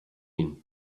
mean